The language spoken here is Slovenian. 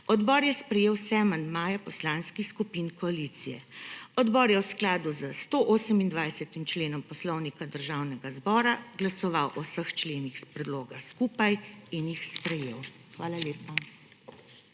Odbor je sprejel vse amandmaje poslanskih skupini koalicije. Odbor je v skladu s 128. členom Poslovnika Državnega zbora glasoval o vseh členih predloga skupaj in jih sprejel. Hvala lepa.